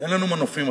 אין לנו מנופים אחרים.